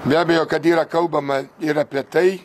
be abejo kad yra kalbama ir apie tai